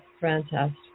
fantastic